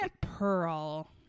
pearl